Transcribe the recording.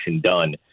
done